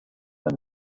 and